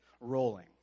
rolling